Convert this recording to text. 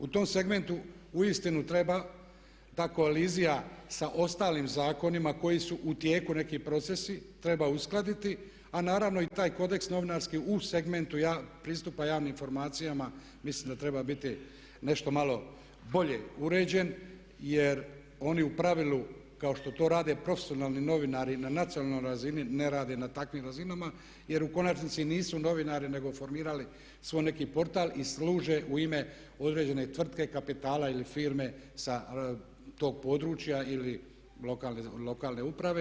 U tom segmentu uistinu treba ta kolizija sa ostalim zakonima koji su u tijeku neki procesi, treba uskladiti a naravno i taj kodeks novinarski u segmentu pristupa javnih informacijama mislim da treba biti nešto malo bolje uređen jer oni u pravilu kao što rade profesionalni novinari na nacionalnoj razini ne rade na takvim razinama jer u konačnici nisu novinari nego formirali svoj neki portal i služe u ime određene tvrtke, kapitala ili firme sa tog područja ili lokalne uprave.